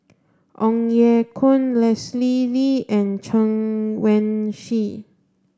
Ong Ye Kung Leslie Kee and Chen Wen Hsi